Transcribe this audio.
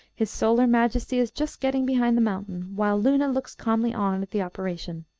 his solar majesty is just getting behind the mountain, while luna looks calmly on at the operation.